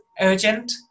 urgent